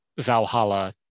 Valhalla